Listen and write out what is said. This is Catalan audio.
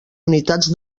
unitats